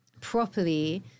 properly